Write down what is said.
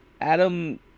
Adam